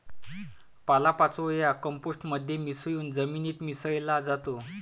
पालापाचोळा कंपोस्ट मध्ये मिसळून जमिनीत मिसळला जातो